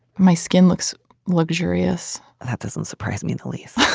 my skin looks luxurious that doesn't surprise me in the least.